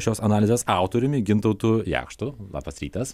šios analizės autoriumi gintautu jakštu labas rytas